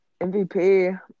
MVP